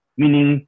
meaning